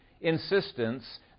insistence